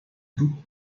book